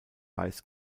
weiß